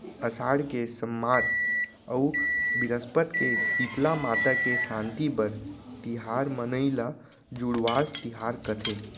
असाड़ के सम्मार अउ बिरस्पत के सीतला माता के सांति बर तिहार मनाई ल जुड़वास तिहार कथें